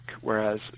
Whereas